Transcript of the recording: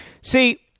See